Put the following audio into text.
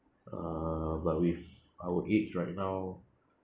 uh but with our age right now